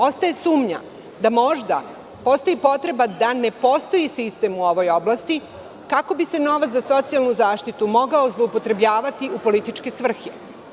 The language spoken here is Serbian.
Ostaje sumnja da možda postoji potreba da ne postoji sistem u ovoj oblasti, kako bi se novac za socijalnu zaštitu mogao zloupotrebljavati u političke svrhe.